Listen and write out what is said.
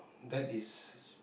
that is